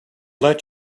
let